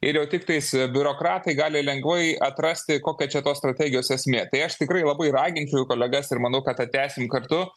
ir jau tiktais biurokratai gali lengvai atrasti kokia čia tos strategijos esmė tai aš tikrai labai raginčiau kolegas ir manau kad tą tęsim kartu